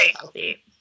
healthy